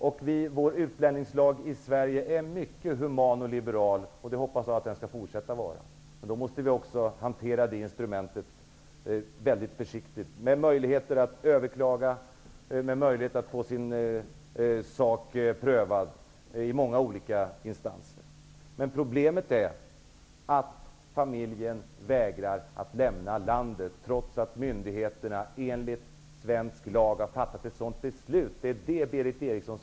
Vår svenska utlänningslag är mycket human och liberal, och det hoppas jag att den skall fortsätta att vara, men då måste vi också hantera det instrumentet väldigt försiktigt, med möjlighet att överklaga, med möjlighet att få sin sak prövad i många olika instanser. Problemet är som sagt att familjen vägrar att lämna landet, trots att myndigheterna enligt svensk lag har fattat beslut om avvisning.